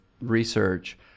research